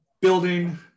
building